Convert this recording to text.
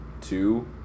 two